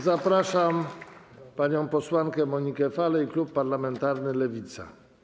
Zapraszam panią posłankę Monikę Falej, klub parlamentarny Lewica.